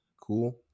cool